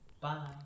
Bye